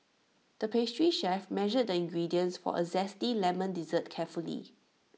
the pastry chef measured the ingredients for A Zesty Lemon Dessert carefully